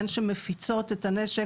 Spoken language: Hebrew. הן אלו שמפיצות את הנשק